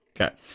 Okay